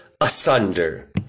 asunder